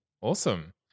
Awesome